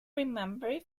remember